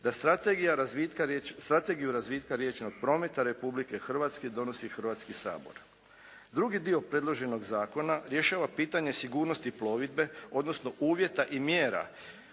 da strategiju razvitka riječnog prometa Republike Hrvatske donosi Hrvatski sabor. Drugi dio predloženog zakona rješava pitanje sigurnosti plovidbe, odnosno uvjeta i mjera